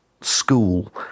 school